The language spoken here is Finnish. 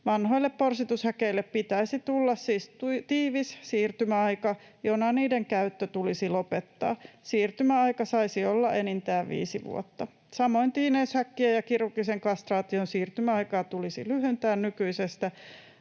Vanhoille porsitushäkeille pitäisi tulla siis tiivis siirtymäaika, jona niiden käyttö tulisi lopettaa. Siirtymäaika saisi olla enintään viisi vuotta. Samoin tiineyshäkkiä ja kirurgisen kastraation siirtymäaikaa tulisi lyhentää nykyisestä